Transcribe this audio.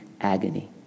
agony